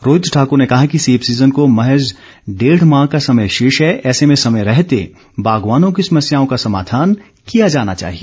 रोहित ठाकुर ने कहा कि सेब सीजन को महज डेढ माह का समय शेष है ऐसे में समय रहते बागवानों की समस्याओं का समाधान किया जाना चाहिए